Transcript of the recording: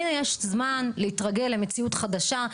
הנה יש זמן להתרגל למציאות חדשה,